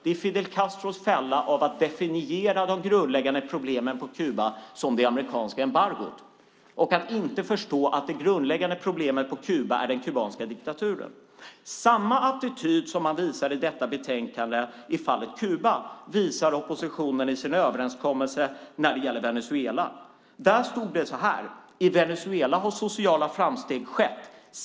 Det är Fidel Castros fälla att definiera de grundläggande problemen på Kuba som det amerikanska embargot och att inte förstå att det grundläggande problemet på Kuba är den kubanska diktaturen. Samma attityd som man visar i detta betänkande i fallet Kuba visar oppositionen i sin överenskommelse när det gäller Venezuela. Där stod det så här: I Venezuela har sociala framsteg skett.